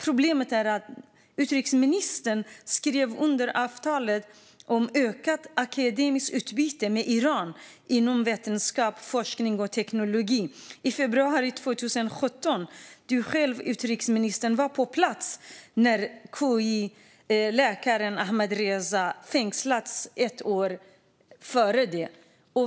Problemet är att utrikesministern skrev på avtalet om ökat akademiskt utbyte med Iran inom vetenskap, forskning och teknologi i februari 2017. Utrikesministern var själv på plats. KI-läkaren Ahmadreza hade fängslats ett år före det.